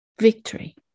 Victory